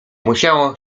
musiało